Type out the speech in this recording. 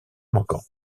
manquant